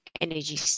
energy